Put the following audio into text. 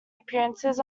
appearances